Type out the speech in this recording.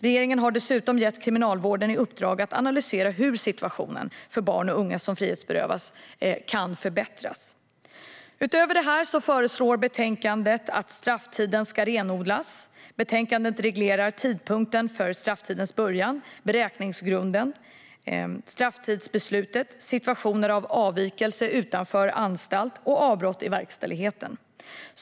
Regeringen har dessutom gett Kriminalvården i uppdrag att analysera hur situationen för barn och unga som frihetsberövas kan förbättras. Utöver detta föreslår man i betänkandet att strafftiden ska renodlas. I betänkandet regleras tidpunkten för strafftidens början, beräkningsgrunden, strafftidsbeslutet, situationer av avvikelse utanför anstalt och avbrott i verkställigheten.